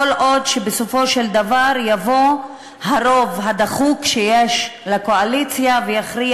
עוד בסופו של דבר יבוא הרוב הדחוק שיש לקואליציה ויכריע